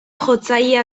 jotzailea